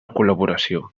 col·laboració